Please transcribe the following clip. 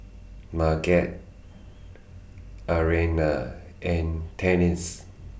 Marget Arianna and Tennie's